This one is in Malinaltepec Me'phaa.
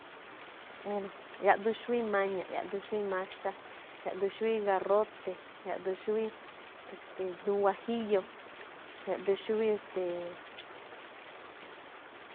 Bueno, yaꞌduun xúwí maña̱ꞌ, yaꞌduun xúwí maxa, yaꞌduun xuwí garrote, yaꞌduun xúwí, e̱ste̱e̱, duun huajillo, yaꞌduun xúwí, e̱ste̱e̱.